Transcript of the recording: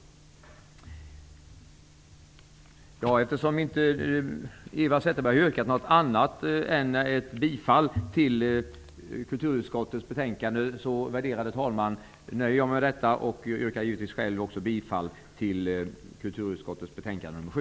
Värderade talman! Eftersom Eva Zetterberg inte har yrkat något annat än bifall till kulturutskottets betänkande nöjer jag mig med detta och yrkar själv bifall till hemställan i kulturutskottets betänkande nr 7.